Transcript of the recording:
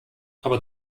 aber